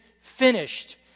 finished